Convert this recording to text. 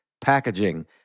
packaging